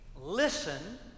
listen